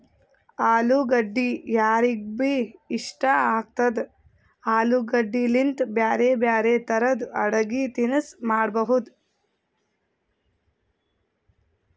ಅಲುಗಡ್ಡಿ ಯಾರಿಗ್ಬಿ ಇಷ್ಟ ಆಗ್ತದ, ಆಲೂಗಡ್ಡಿಲಿಂತ್ ಬ್ಯಾರೆ ಬ್ಯಾರೆ ತರದ್ ಅಡಗಿ ತಿನಸ್ ಮಾಡಬಹುದ್